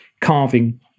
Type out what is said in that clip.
carving